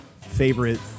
favorite